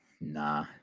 Nah